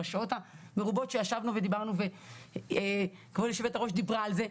בשעות המרובות שישבנו ודיברנו וכבוד יושבת הראש דיברה על זה,